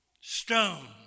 stone